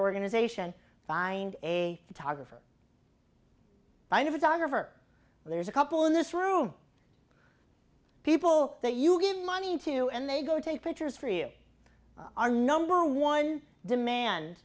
organization find a photographer i never saw her for there's a couple in this room people that you give money to and they go take pictures for you our number one demand